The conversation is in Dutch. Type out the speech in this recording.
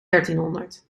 dertienhonderd